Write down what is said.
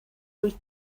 wyt